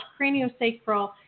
craniosacral